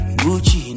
gucci